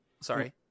Sorry